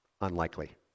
Unlikely